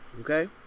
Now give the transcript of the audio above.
okay